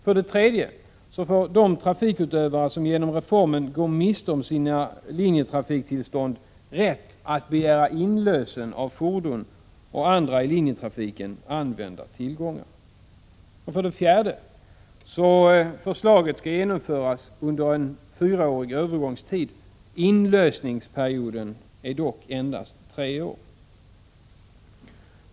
För det tredje får de trafikutövare som genom reformen går miste om sina linjetrafiktillstånd rätt att begära inlösen av fordon och andra i linjetrafiken använda tillgångar. För det fjärde skall förslaget genomföras under en fyraårig övergångstid. Inlösensperioden är dock endast tre år.